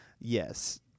Yes